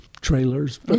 trailers